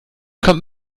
kommt